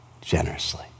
generously